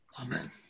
Amen